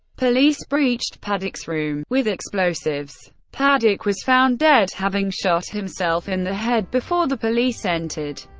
police breached paddock's room with explosives. paddock was found dead, having shot himself in the head before the police entered.